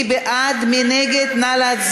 עמר בר-לב,